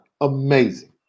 Amazing